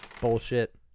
Bullshit